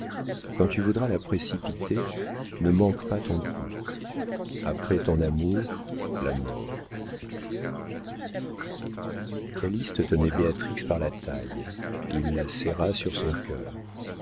quand tu voudras la précipiter ne manque pas ton coup après ton amour la mort calyste tenait béatrix par la taille il la serra sur son cœur